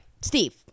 Steve